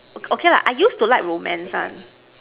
okay lah I used to like romance one